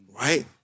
right